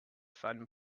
fun